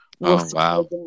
Wow